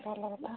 ଭଲ କଥା